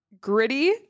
Gritty